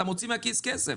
אתה מוציא מהכיס כסף,